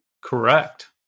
Correct